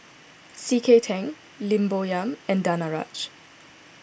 C K Tang Lim Bo Yam and Danaraj